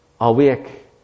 Awake